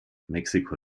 mexiko